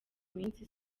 minsi